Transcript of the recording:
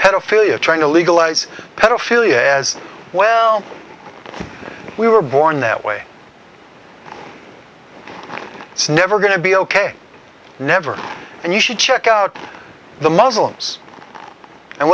pedophilia trying to legalize pedophilia as well we were born that way it's never going to be ok never and you should check out the muslims and